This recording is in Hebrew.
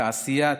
תעשייה,